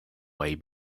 way